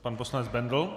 Pan poslanec Bendl.